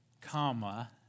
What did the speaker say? comma